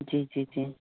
जी जी जी